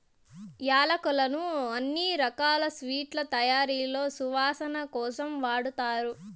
యాలక్కులను అన్ని రకాల స్వీట్ల తయారీలో సువాసన కోసం వాడతారు